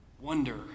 wonder